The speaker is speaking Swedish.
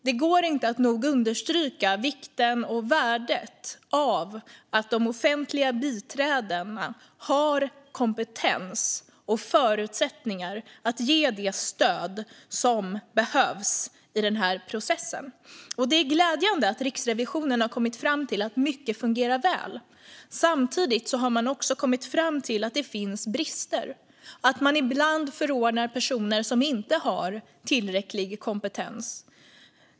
Det går inte att nog understryka vikten och värdet av att de offentliga biträdena har kompetens och förutsättningar att ge det stöd som behövs i den här processen. Det är glädjande att Riksrevisionen har kommit fram till att mycket fungerar väl. Samtidigt har Riksrevisionen kommit fram till att det finns brister - att man ibland förordnar personer som inte har tillräcklig kompetens.